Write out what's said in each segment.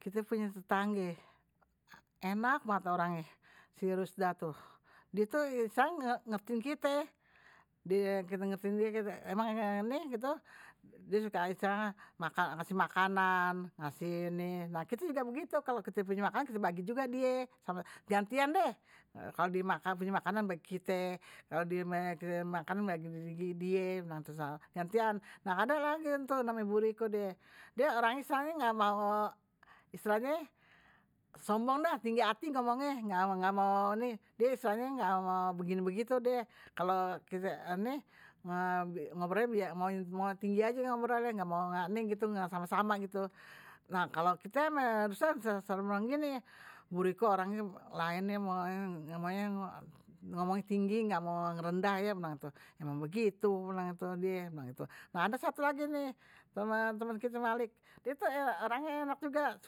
Kite punya tetangge enak banget orangnye, si rusdah tu, die tuh sekarang ngertiin kite, kite ngertiin die. emang nih gitu, die suka istilahnye ngasih makanan, ngasih nih, nah kite juga begitu kalo kite punya makanan kite bagi juga die, gentian deh, kalo die punya makanan bagi kite, kalo makanan bagi die gentian, ada lagi tuh namenye bu rico die, die orangnye istilahnye ga mao istilahnye sombong dah tinggi hati ngomongnye, ga mau ni, die istilahnye engga mau begini begitu die, kalo kite nih ngobrolnye mau tinggi aje ngobrolnye ga mau ni sama sama gitu, nah kalo kite ama rusdah sama sama bilang gini, bu rico orangnye laen ye ngomongnye tinggi ga mau ngerendah bilang gitu, emang begitu die, nah ada satu lagi temen kite malik, die tuh orangnye enak juga,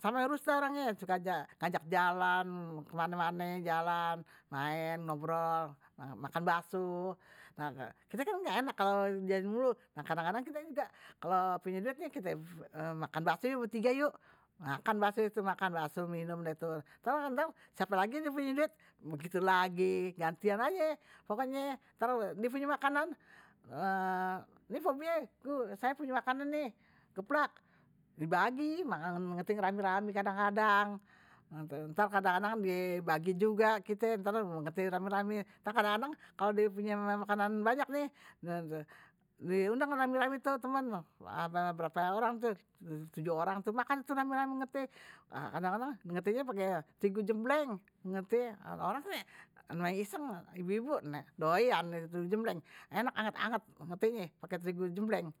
sama ama rusdah orangnye die suka ajak jalan kemane mane, jalan maen, ngobrol makan bakso, kite kan ga enak kalo diajajanin melulu, kadang kadang kite juga kalo punya duit nih kite makan bakso yuk bertiga yuk. makan bakso deh tuh makan bakso, minum deh tuh, ntar kadang kadang siape lagi nih punya duit begitu lagi gantian aje. pokoknye, ntar die punya makanan. nih pok biye saya punya makanan nih geplak dibagi. ngeteh rame rame ntar kadang kadang punya makanan banyak nih diundang rame rame ama tuh teman ada tujuh orang nihtuh, makan rame rame tuh ngeteh, kadang kadang ngetehnye pake terigu jembleng ngeteh, orang kan namanye iseng ibu ibu doyan ame terigu jembleng, enak anget anget ngetehnye pake terigu jembleng.